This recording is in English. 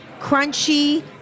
crunchy